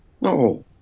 no